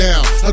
now